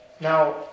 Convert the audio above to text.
Now